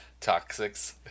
toxics